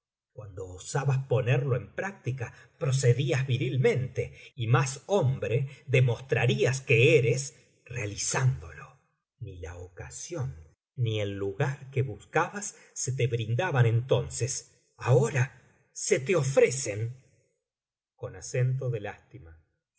cuando osabas ponerlo en práctica procedías virilmente y más hombre demostrarías que eres realizándolo ni la ocasión ni el lugar que buscabas se te brindaban entonces ahora se te ofrecen